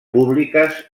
públiques